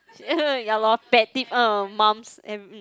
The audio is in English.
ya lor uh mums and mm